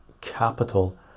capital